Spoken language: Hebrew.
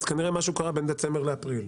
אז כנראה משהו קרה בין דצמבר לבין אפריל.